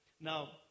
Now